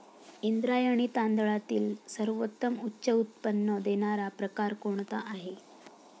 इंद्रायणी तांदळातील सर्वोत्तम उच्च उत्पन्न देणारा प्रकार कोणता आहे?